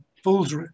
fool's